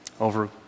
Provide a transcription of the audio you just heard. over